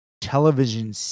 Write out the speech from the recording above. television